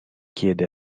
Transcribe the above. chiede